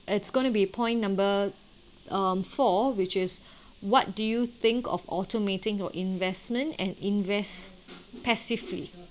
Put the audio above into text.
it's gonna be point number um four which is what do you think of automating or investment and invest passively